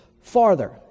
farther